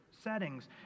Settings